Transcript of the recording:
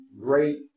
great